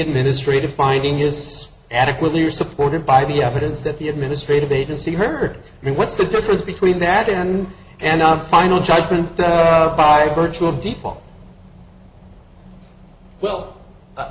administrative finding is adequately supported by the evidence that the administrative agency heard i mean what's the difference between that in and on final judgment that by virtue of default well